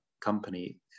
company